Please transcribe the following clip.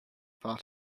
part